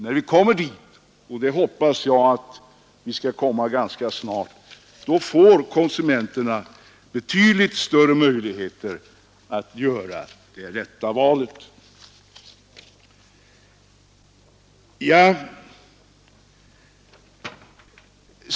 När vi kommer dit, och det hoppas jag att vi skall göra ganska snart, får konsumenterna betydligt större möjligheter att göra det rätta valet.